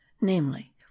namely